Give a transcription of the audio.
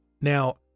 Now